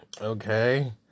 Okay